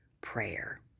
prayer